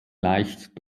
leicht